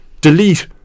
delete